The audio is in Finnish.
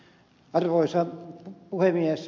arvoisa puhemies